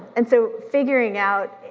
and so, figuring out,